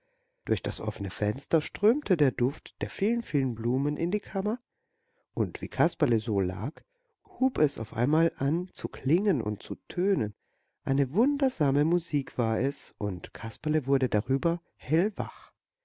durch das offene fenster strömte der duft der vielen vielen blumen in die kammer und wie kasperle so lag hub es auf einmal an zu klingen und zu tönen eine wundersame musik war es und kasperle wurde darüber hellwach